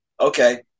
Okay